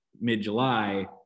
mid-July